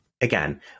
again